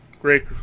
great